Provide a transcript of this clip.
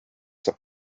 saab